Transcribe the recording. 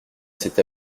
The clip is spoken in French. cette